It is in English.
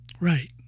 Right